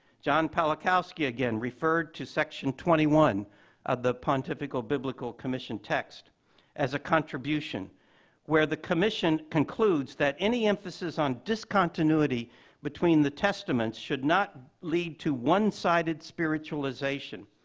john pawlikowski again referred to section twenty one of the pontifical biblical commission text as a contribution where the commission concludes that any emphasis on discontinuity between the testaments testaments should not lead to one sided spiritualization.